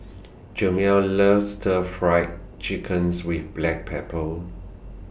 Jamal loves Stir Fried Chickens with Black Pepper